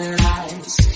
lights